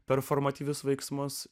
performatyvius veiksmus